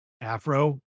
Afro